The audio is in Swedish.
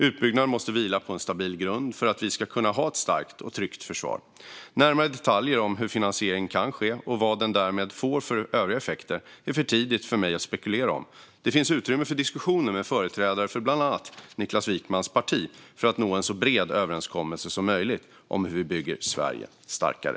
Utbyggnaden måste vila på en stabil grund för att vi ska kunna ha ett starkt och tryggt försvar. Närmare detaljer om hur finansieringen kan ske och vad den därmed får för övriga effekter är för tidigt för mig att spekulera om. Där finns utrymme för diskussioner med företrädare för bland andra Niklas Wykmans parti för att nå en så bred överenskommelse som möjligt om hur vi bygger Sverige starkare.